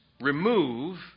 remove